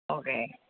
okay